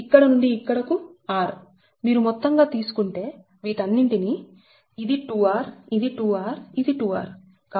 ఇది ఇక్కడి నుండి ఇక్కడకు r మీరు మొత్తంగా తీసుకుంటే వీటన్నింటి నీ 10 ఇది 2r ఇది 2r ఇది 2r